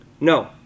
No